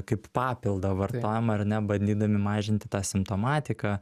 kaip papildą vartojama ar ne bandydami mažinti tą simptomatiką